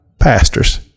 pastors